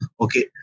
okay